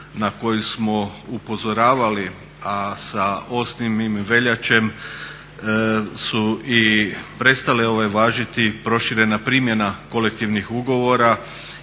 na koji smo upozoravali, a sa 8. veljače su i prestale važiti proširena primjena kolektivnih ugovora